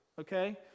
okay